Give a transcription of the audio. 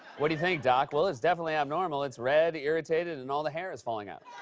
what do you think, doc? well, it's definitely abnormal. it's red, irritated, and all the hair is falling out.